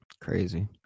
Crazy